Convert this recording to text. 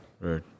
Right